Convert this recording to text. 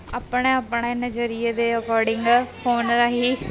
ਆਪਣੇ ਆਪਣੇ ਨਜ਼ਰੀਏ ਦੇ ਅਕੋਰਡਿੰਗ ਫੋਨ ਰਾਹੀਂ